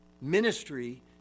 Ministry